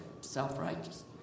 self-righteous